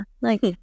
Like-